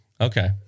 Okay